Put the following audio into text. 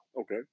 Okay